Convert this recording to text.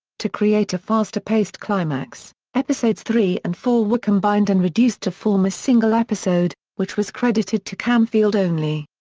to create a faster-paced climax, episodes three and four were combined and reduced to form a single episode, which was credited to camfield only.